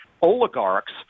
oligarchs